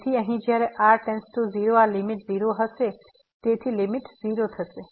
તેથી અહીં જ્યારે r → 0 આ લીમીટ 0 હશે તેથી લીમીટ 0 હશે